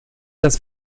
das